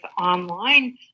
online